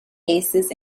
aces